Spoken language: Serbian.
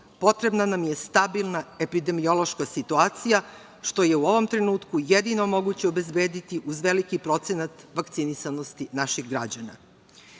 potrebna nam je stabilna epidemiološka situacija, što je u ovom trenutku jedino moguće obezbediti uz veliki procenat vakcinisanosti naših građana